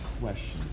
questions